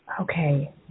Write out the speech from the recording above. Okay